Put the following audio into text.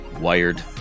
wired